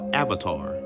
avatar